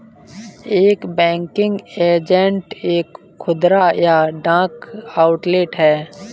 एक banking agent एक खुदरा या डाक आउटलेट है